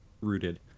rooted